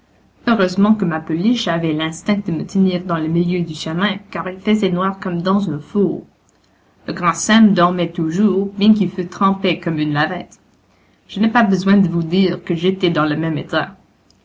heureusement que ma pouliche avait l'instinct de me tenir dans le milieu du chemin car il faisait noir comme dans un four le grand sem dormait toujours bien qu'il fût trempé comme une lavette je n'ai pas besoin de vous dire que j'étais dans le même état